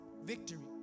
Victory